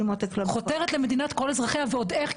חותרת למדינת כל אזרחיה ועוד איך,